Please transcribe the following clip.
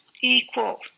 equal